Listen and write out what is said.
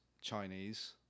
Chinese